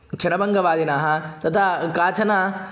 क्षणभङ्गवादिनः तथा काचन